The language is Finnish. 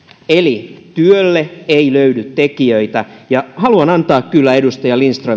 eli työlle ei löydy tekijöitä ja haluan antaa kyllä edustaja lindströmille